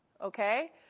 okay